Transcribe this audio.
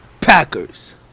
Packers